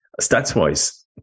stats-wise